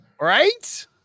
Right